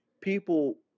people